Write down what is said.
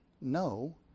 No